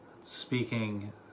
speaking